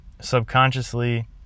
subconsciously